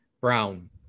Brown